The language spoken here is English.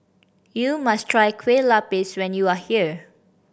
you must try Kueh Lapis when you are here